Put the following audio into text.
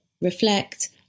reflect